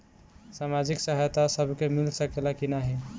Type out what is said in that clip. सामाजिक सहायता सबके मिल सकेला की नाहीं?